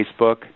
Facebook